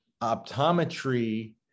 optometry